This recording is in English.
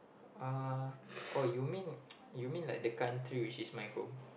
uh oh you mean you mean like the country which is my home